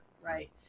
Right